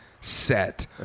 set